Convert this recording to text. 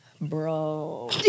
Bro